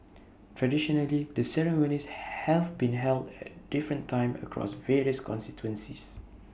traditionally the ceremonies have been held at different times across various constituencies